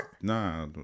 Nah